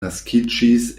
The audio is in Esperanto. naskiĝis